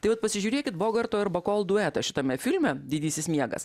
tai vat pasižiūrėkit bogarto ir bakol duetą šitame filme didysis miegas